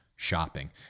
Shopping